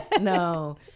no